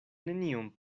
nenion